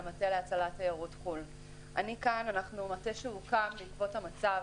אנחנו מטה שהוקם בעקבות המצב,